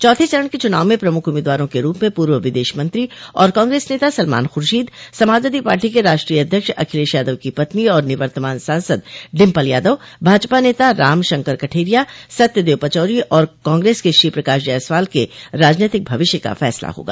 चौथे चरण के चुनाव में प्रमुख उम्मीदवारों के रूप में पूर्व विदेश मंत्री और कांग्रेस नेता सलमान खर्शीद समाजवादी पार्टी के राष्ट्रीय अध्यक्ष अखिलेश यादव की पत्नी और निवर्तमान सांसद डिम्पल यादव भाजपा नेता रामशंकर कठेरिया सत्यदेव पचौरी और कांग्रेस के श्रीप्रकाश जायसवाल के राजनैतिक भविष्य का फैसला होगा